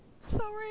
Sorry